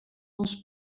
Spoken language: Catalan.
vols